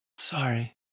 Sorry